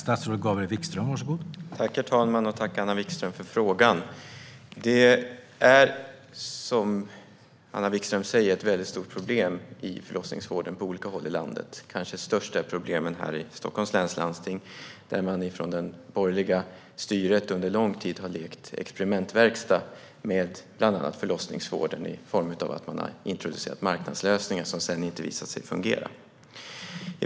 Herr talman! Tack, Anna Vikström, för frågan! Det finns som Anna Vikström säger stora problem i förlossningsvården på olika håll i landet. Störst är problemen kanske här i Stockholms läns landsting, där det borgerliga styret under lång tid har lekt experimentverkstad med bland annat förlossningsvården i form av att introducera marknadslösningar som har visat sig inte fungera.